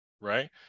Right